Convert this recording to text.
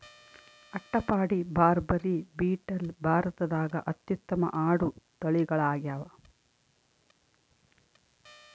ಅಟ್ಟಪಾಡಿ, ಬಾರ್ಬರಿ, ಬೀಟಲ್ ಭಾರತದಾಗ ಅತ್ಯುತ್ತಮ ಆಡು ತಳಿಗಳಾಗ್ಯಾವ